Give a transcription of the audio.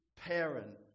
parent